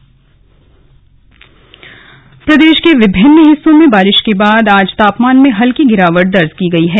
मौसम प्रदे के विभिन्न हिस्सों में बारि के बाद आज तापमान में हल्की गिरावट दर्ज की गई है